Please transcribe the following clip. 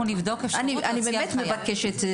אני באמת מבקשת.